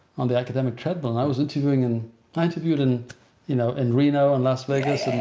on the academic treadmill. i was interviewing, and i interviewed in you know and reno and las vegas.